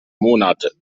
monate